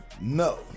no